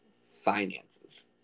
finances